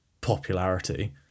popularity